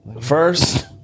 First